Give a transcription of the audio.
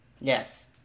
Yes